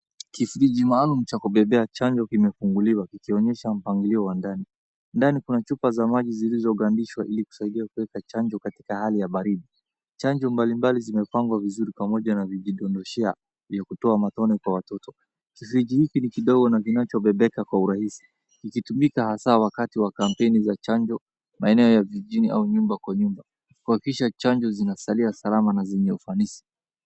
Kifriji maalum cha kubebea chanjo kimefunguliwa kikionyesha mpangilio wa ndani. Ndani kuna chupa za maji zilizolalishwa ili kusaidia kuweka chanjo katika hali ya baridi. Chanjo mbali mbali zimepangwa vizuri pamoja na vidondoshea vya kutoa matone kwa watoto. Kifriji hiki ni kidogo na kinachobebeka kwa urahisi. Ikitumika hasa wakati wa kampeni za chanjo, maeneo ya vijijini au nyumba kwa nyumba. Kuhakikisha chanjo zinasalia salama na zenye ufanisi.